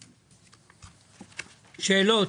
שאלות.